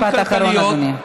משפט אחרון, אדוני.